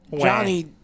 Johnny –